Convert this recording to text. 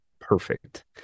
perfect